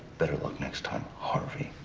better luck next time, harvey.